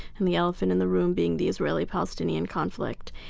and the elephant in the room being the israeli-palestinian conflict.